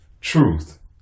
truth